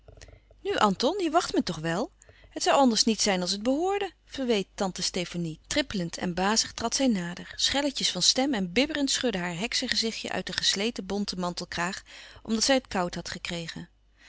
nu anton je wacht me toch wel het zoû anders niet zijn als het behoorde verweet tante stefanie trippelend en bazig trad zij louis couperus van oude menschen de dingen die voorbij gaan nader schelletjes van stem en bibberend schudde haar heksegezichtje uit den gesleten bonten mantelkraag omdat zij het koud had gekregen